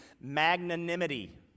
magnanimity